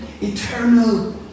eternal